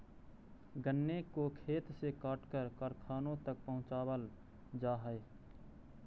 गन्ने को खेत से काटकर कारखानों तक पहुंचावल जा हई